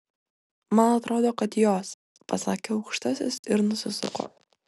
man atrodo kad jos pasakė aukštasis ir nusisuko